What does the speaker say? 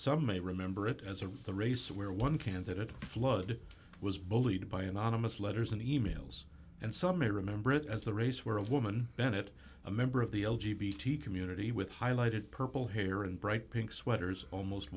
some may remember it as a race where one candidate flood was bullied by anonymous letters and e mails and some may remember it as the race where a woman bennett a member of the l g b tea community with highlighted purple hair and bright pink sweaters almost